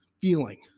feeling